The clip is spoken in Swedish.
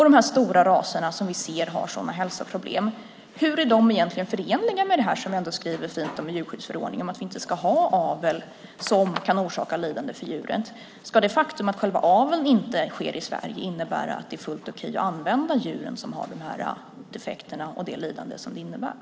De stora raserna ser vi ju har stora hälsoproblem - hur är de egentligen förenliga med det som man skriver så fint om i djurskyddsförordningen, om att vi inte ska ha avel som kan orsaka lidande för djuret? Ska det faktum att själva aveln inte sker i Sverige innebära att det är fullt okej att använda djur som har dessa defekter, med det lidande som det innebär?